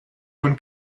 von